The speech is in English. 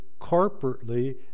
corporately